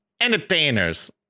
entertainers